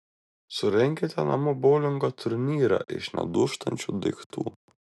surenkite namų boulingo turnyrą iš nedūžtančių daiktų